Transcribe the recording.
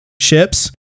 ships